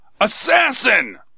Assassin